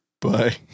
Bye